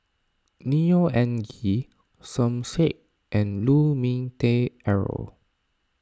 Neo Anngee Som Said and Lu Ming Teh Earl